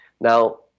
Now